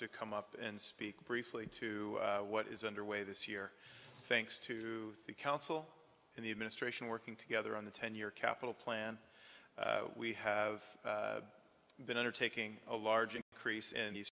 to come up and speak briefly to what is underway this year thanks to the council and the administration working together on the ten year capital plan we have been undertaking a large increase in the